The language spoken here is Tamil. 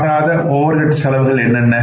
மாறாத ஓவர்ஹட் செலவுகள் என்னென்ன